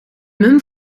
mum